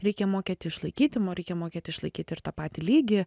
reikia mokėti išlaikyti reikia mokėt išlaikyti ir tą patį lygį